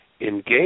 engage